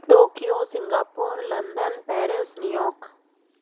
Tokyo Singapore London Paris New York